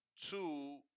two